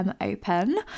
Open